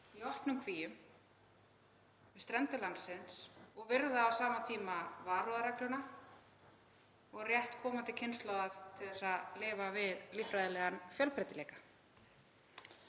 í opnum kvíum við strendur landsins og virða á sama tíma varúðarregluna og rétt komandi kynslóða til að lifa við líffræðilegan fjölbreytileika.